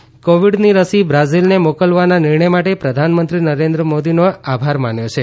બોલસેનારોએ કોવીડની રસી બ્રાઝીલને મોકલવાના નિર્ણય માટે પ્રધાનમંત્રી નરેન્દ્ર મોદીનો આભાર માન્યો છે